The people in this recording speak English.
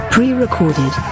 Pre-recorded